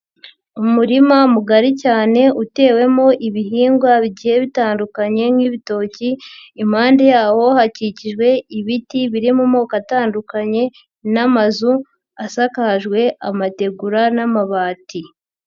Umurima mugari cyane utewemo ibihingwa bigiye bitandukanye nk'ibitoki, impande yawo hakikijwe ibiti biri mu moko atandukanye n'amazu asakajwe amategura n'amabati.